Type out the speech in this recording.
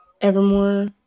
Evermore